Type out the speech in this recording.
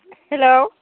hello